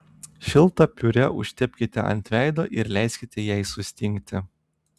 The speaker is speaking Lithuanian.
šiltą piurė užtepkite ant veido ir leiskite jai sustingti